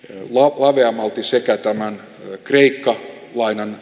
no huokea maltti sekä ottamaan kriitikko vain on